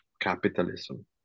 capitalism